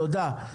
תודה.